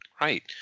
Right